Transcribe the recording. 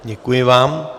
Děkuji vám.